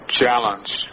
challenge